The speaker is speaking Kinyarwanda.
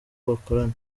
bakorana